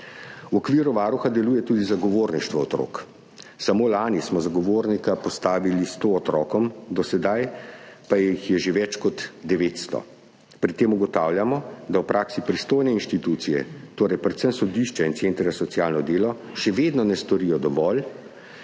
V okviru Varuha deluje tudi zagovorništvo otrok. Samo lani smo zagovornika postavili 100 otrokom, do sedaj pa jih je že več kot 900. Pri tem ugotavljamo, da v praksi pristojne inštitucije, torej predvsem sodišča in centri za socialno delo, še vedno ne storijo dovolj,